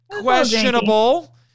questionable